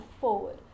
forward